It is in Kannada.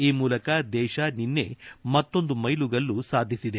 ಈ ಮೂಲಕ ದೇಶ ನಿನ್ನೆ ಮತ್ತೊಂದು ಮೈಲುಗಲ್ಲು ಸಾಧಿಸಿದೆ